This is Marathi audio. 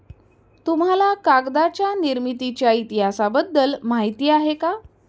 तुम्हाला कागदाच्या निर्मितीच्या इतिहासाबद्दल माहिती आहे का?